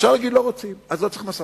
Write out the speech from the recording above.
אפשר להגיד: לא רוצים, אז לא צריך משא-ומתן.